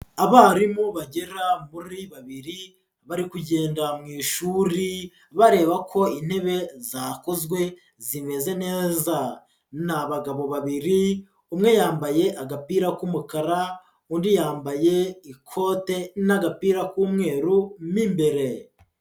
Abarimu bagera muri babiri bari kugenda mu ishuri bareba ko intebe zakozwe zimeze neza, n'abagabo babiri umwe yambaye agapira k'umukara, undi yambaye ikote n'agapira k'umweru mo imbere.